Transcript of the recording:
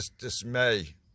dismay